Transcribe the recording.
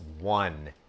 one